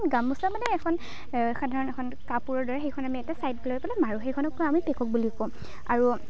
গামোচা মানে এখন সাধাৰণ এখন কাপোৰৰ দৰে সেইখন আমি একে চাইডলৈ পেলাই মাৰোঁ সেইখনক আকৌ আমি পিকক বুলি কওঁ আৰু